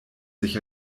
sich